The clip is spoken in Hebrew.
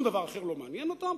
שום דבר אחר לא מעניין אותם,